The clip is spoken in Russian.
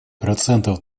процентов